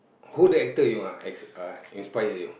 who the actor you are ins~ uh inspire you